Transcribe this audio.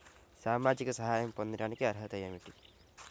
సామాజిక సహాయం పొందటానికి అర్హత ఏమిటి?